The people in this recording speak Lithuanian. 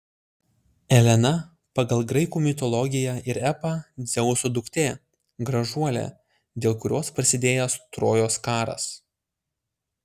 elena pagal graikų mitologiją ir epą dzeuso duktė gražuolė dėl kurios prasidėjęs trojos karas